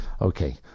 Okay